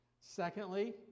Secondly